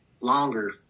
longer